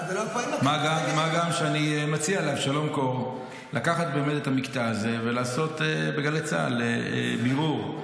מה גם שאני מציע לאבשלום קור לקחת את המקטע הזה ולעשות בגלי צה"ל בירור.